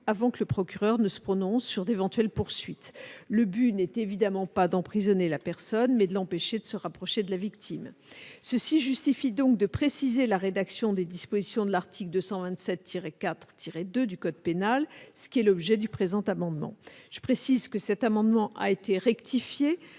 avant que le procureur ne se prononce sur d'éventuelles poursuites. Le but n'est évidemment pas d'emprisonner la personne, mais de l'empêcher de se rapprocher de la victime. La situation justifie par conséquent de préciser la rédaction des dispositions de l'article 227-4-2 du code pénal, ce qui fait l'objet du présent amendement. Je précise que ce dernier a été rectifié,